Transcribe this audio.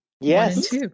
Yes